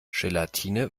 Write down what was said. gelatine